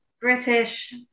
British